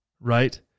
right